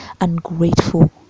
ungrateful